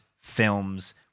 films